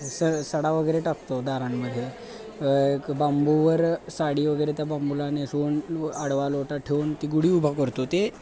स सडा वगैरे टाकतो दारांमध्ये एक बांबूवर साडी वगैरे त्या बांबूला नेसून आडवा लोटा ठेवून ती गुढी उभा करतो ते